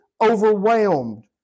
overwhelmed